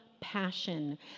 passion